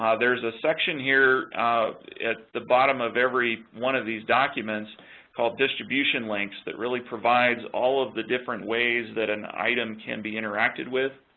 there's a section here at the bottom of every one of these documents called distribution links, that really provides all of the different ways that an item can be interacted with,